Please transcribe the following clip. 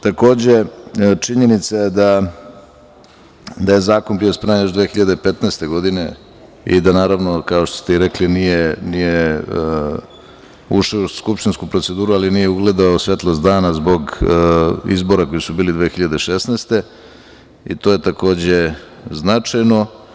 Takođe, činjenica je da je zakon bio spreman još 2015. godine i da, naravno, kao što ste i rekli, nije ušao u skupštinsku proceduru, ali nije ugledao svetlost dana zbog izbora koji su bili 2016. godine i to je takođe značajno.